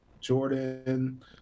jordan